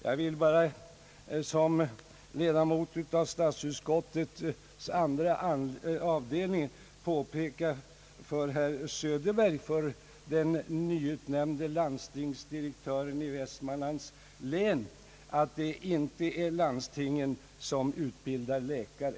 Jag vill bara som ledamot av statsutskottets andra avdelning påpeka för herr Söderberg, för den nyutnämnde landstingsdirektören i Västmanlands län, att det inte är landstinget som utbildar läkare.